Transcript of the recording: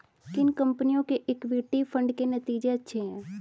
किन कंपनियों के इक्विटी फंड के नतीजे अच्छे हैं?